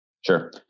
Sure